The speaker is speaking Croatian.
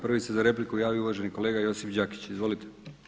Prvi se za repliku javio uvaženi kolega Josip Đakić, izvolite.